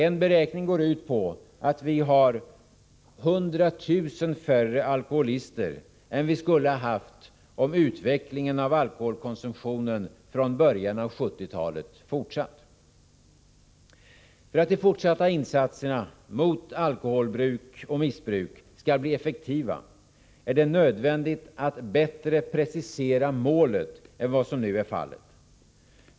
En beräkning går ut på att vi har 100 000 färre alkoholister än vi skulle haft om utvecklingen av alkoholkonsumtionen från början av 70-talet fortsatt. För att de fortsatta insatserna mot alkoholbruk och alkoholmissbruk skall bli effektiva, är det nödvändigt att bättre precisera målet än vad som nu är fallet.